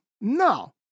No